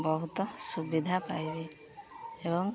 ବହୁତ ସୁବିଧା ପାଇବି ଏବଂ